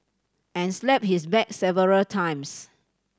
and slapped his back several times